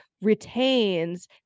retains